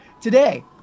today